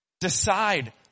decide